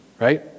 Right